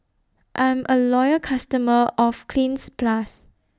I'm A Loyal customer of Cleanz Plus